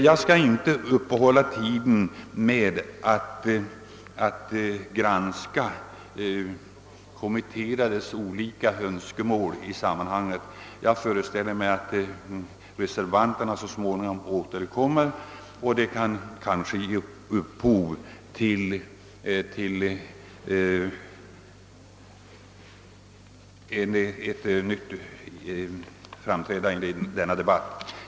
Jag skall inte ta upp tiden med att granska kommitterades olika önskemål utan föreställer mig att reservanterna så småningom återkommer, och det kan kanske ge upphov till ett nytt framträdande i denna debatt. Herr talman!